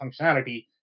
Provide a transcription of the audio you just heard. functionality